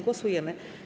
Głosujemy.